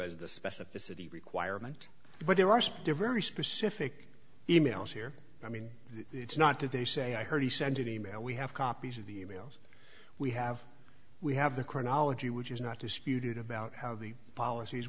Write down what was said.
as the specificity requirement but there are still very specific e mails here i mean it's not that they say i heard he sent an email we have copies of the e mails we have we have the chronology which is not disputed about how the policies